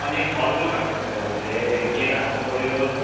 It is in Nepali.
अनि यो फलफुल खानुपर्छ तपाईँले केरा खानुपऱ्यो